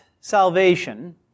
salvation